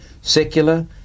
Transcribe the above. secular